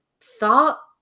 thought